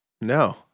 No